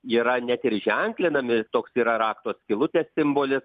yra net ir ženklinami toks yra rakto skylutės simbolis